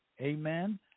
Amen